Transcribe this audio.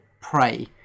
prey